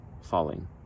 falling